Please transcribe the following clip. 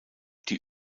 die